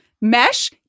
Mesh